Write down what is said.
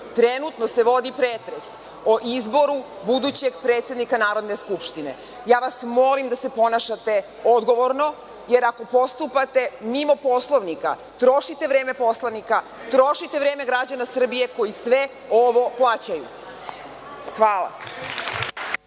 Trenutno se vodi pretres o izboru budućeg predsednika Narodne skupštine. Ja vas molim da se ponašate odgovorno, jer ako postupate mimo Poslovnika trošite vreme poslanika, trošite vreme građana Srbije koji sve ovo plaćaju. Hvala.